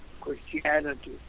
Christianity